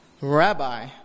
Rabbi